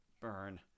Burn